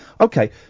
okay